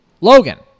Logan